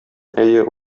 әйе